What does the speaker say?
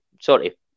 sorry